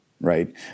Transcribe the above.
right